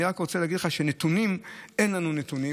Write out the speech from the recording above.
אני רק רוצה להגיד לך שאין לנו נתונים,